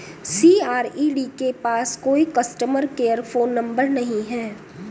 CRED के पास कोई कस्टमर केयर फोन नंबर नहीं है